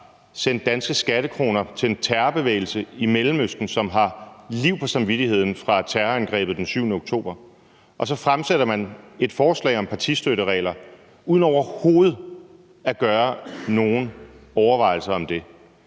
sendt danske skattekroner til en terrorbevægelse i Mellemøsten, som har liv på samvittigheden fra terrorangrebet den 7. oktober. Og så fremsætter man et forslag om partistøtteregler uden overhovedet at gøre sig nogen overvejelser om det.